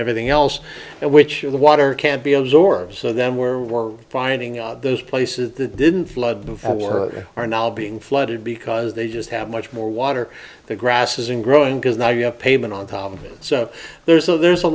everything else which the water can't be absorbed so then where we're finding those places that didn't flood or are now being flooded because they just have much more water the grass isn't growing because now you have pavement on top of it so there's a there's a